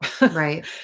right